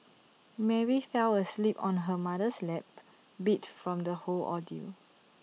Mary fell asleep on her mother's lap beat from the whole ordeal